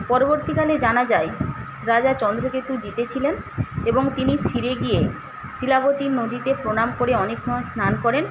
পরবর্তীকালে জানা যায় রাজা চন্দ্রকেতু জিতেছিলেন এবং তিনি ফিরে গিয়ে শিলাবতী নদীতে প্রণাম করে অনেকক্ষণ স্নান করেন